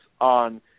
on